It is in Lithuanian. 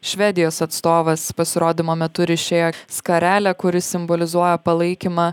švedijos atstovas pasirodymo metu ryšėjo skarelę kuri simbolizuoja palaikymą